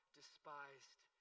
despised